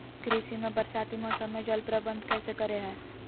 कृषि में बरसाती मौसम में जल प्रबंधन कैसे करे हैय?